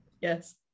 Yes